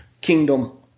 kingdom